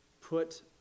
put